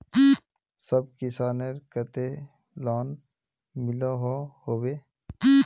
सब किसानेर केते लोन मिलोहो होबे?